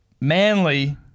Manly